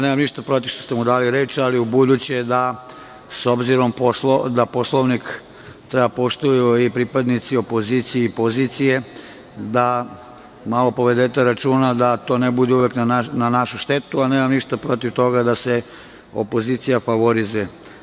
Nemam ništa protiv što ste mu dali reč, ali ubuduće da, s obzirom da Poslovnik treba da poštuju i pripadnici opozicije i pozicije, malo povedite računa da to ne bude uvek na našu štetu, a nemam ništa protiv toga da se opozicija favorizuje.